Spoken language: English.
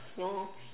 ya lor